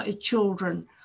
children